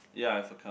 ya I have a car